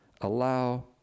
Allow